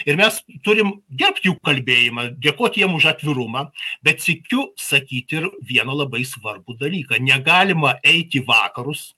ir mes turim gerbt jų kalbėjimą dėkot jiem už atvirumą bet sykiu sakyti ir vieną labai svarbų dalyką negalima eit į vakarus